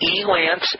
Elance